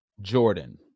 Jordan